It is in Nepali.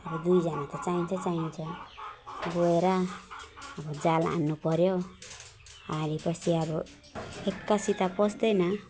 अब दुईजना त चाहिन्छ चाहिन्छ गएर अब जाल हान्नुपऱ्यो हालेपछि अब एक्कासी त पस्देन